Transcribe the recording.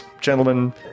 gentlemen